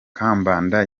kambanda